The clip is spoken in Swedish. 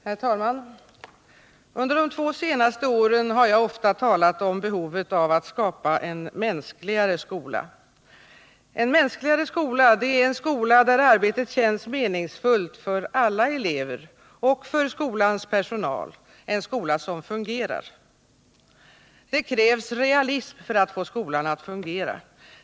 Herr talman! Under de två senaste åren har jag ofta talat om behovet av att skapa en mänskligare skola. En mänskligare skola — det är en skola där arbetet känns meningsfullt för alla elever och för skolans personal, en skola som fungerar. Det krävs realism för att få skolan att fungera.